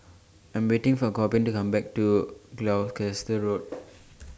I Am waiting For Corbin to Come Back from Gloucester Road